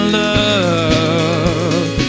love